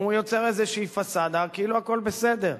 הוא יוצר איזו פסאדה כאילו הכול בסדר.